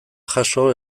jaso